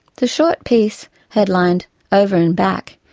the short piece, headlined over and back,